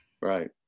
right